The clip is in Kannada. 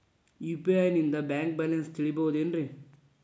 ಯು.ಪಿ.ಐ ನಿಂದ ಬ್ಯಾಂಕ್ ಬ್ಯಾಲೆನ್ಸ್ ತಿಳಿಬಹುದೇನ್ರಿ?